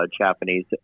Japanese